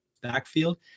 backfield